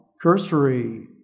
cursory